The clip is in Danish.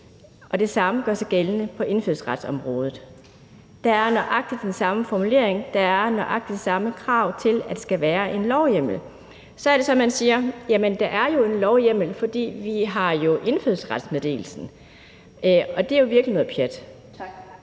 og det samme gør sig gældende på indfødsretsområdet. Der er nøjagtig den samme formulering, der er nøjagtig samme krav til, at der skal være en lovhjemmel. Så er det så, man siger, at der er en lovhjemmel, for vi har jo indfødsretsmeddelelsen, og det er jo virkelig noget pjat. Kl.